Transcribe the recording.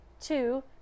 Two